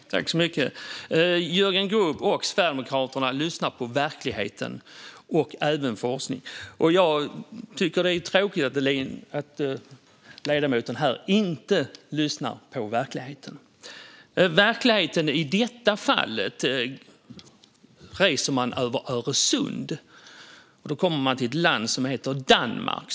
Fru talman! Jörgen Grubb och Sverigedemokraterna lyssnar på hur det är i verkligheten och även på forskningen. Jag tycker att det är tråkigt att ledamoten inte lyssnar på hur det är i verkligheten. När det gäller verkligheten i detta fallet kan man resa över Öresund och komma till ett land som heter Danmark.